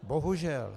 Bohužel.